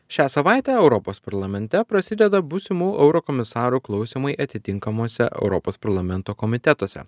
šią savaitę europos parlamente prasideda būsimų eurokomisarų klausymai atitinkamuose europos parlamento komitetuose